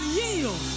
yield